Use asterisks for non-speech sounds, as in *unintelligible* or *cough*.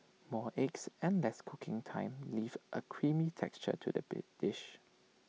more eggs and less cooking time leave A creamy texture to the *unintelligible* dish